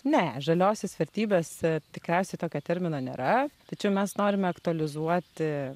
ne žaliosios vertybės tikriausiai tokio termino nėra tačiau mes norime aktualizuoti